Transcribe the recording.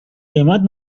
قیمت